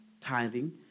tithing